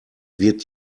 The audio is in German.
wird